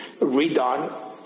redone